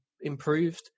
improved